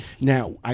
Now